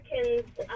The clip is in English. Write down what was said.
Americans